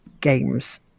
games